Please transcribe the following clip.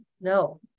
No